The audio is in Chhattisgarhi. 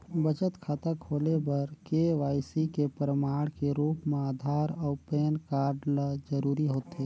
बचत खाता खोले बर के.वाइ.सी के प्रमाण के रूप म आधार अऊ पैन कार्ड ल जरूरी होथे